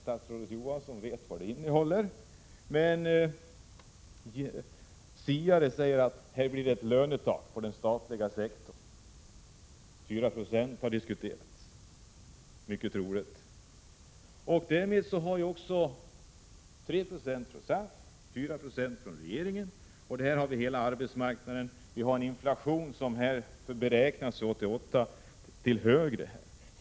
Statsrådet Johansson vet vad det innehåller. Men siare har sagt att det blir ett lönetak på den statliga sektorn. 4 96 har det talats om, vilket är mycket troligt. Därmed har vi alltså bud på 3 90 från SAF och 4 96 från regeringen. Inflationen för 1988 har beräknats bli högre än nu.